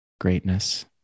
greatness